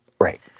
Right